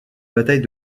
bataille